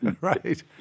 Right